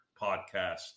podcast